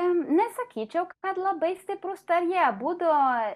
nesakyčiau kad labai stiprus jie abudu